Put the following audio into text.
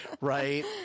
Right